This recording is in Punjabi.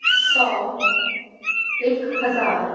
ਸੌ ਇੱਕ ਹਜ਼ਾਰ